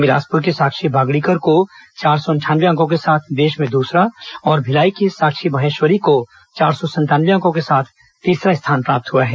बिलासपुर की साक्षी भागडीकर को चार सौ अंठानये अंको के साथ देश में दूसरा और भिलाई की साक्षी महेश्वरी को चार सौ संतानये अंको के साथ तीसरा स्थान प्राप्त हआ है